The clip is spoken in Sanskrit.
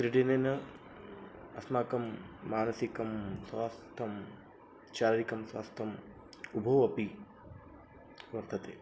क्रीडनेन अस्माकं मानसिकं स्वास्थ्यं शारीरिकं स्वास्थ्यम् उभे अपि वर्तेते